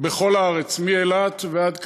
בכל הארץ, מאילת ועד קצרין,